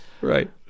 right